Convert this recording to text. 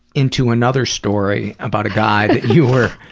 into another story about a guy that you were